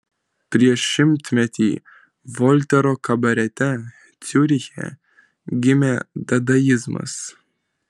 prieš šimtmetį voltero kabarete ciuriche gimė dadaizmas